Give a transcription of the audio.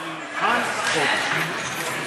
דוד ביטן,